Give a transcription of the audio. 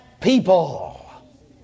people